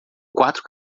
quatro